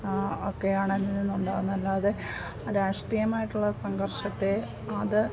ഒക്കെയാണ് അതിൽ നിന്നുണ്ടാകുന്ന അല്ലാതെ രാഷ്ട്രീയമായിട്ടുള്ള സംഘർഷത്തെ അത്